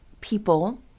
people